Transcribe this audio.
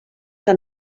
que